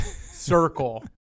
circle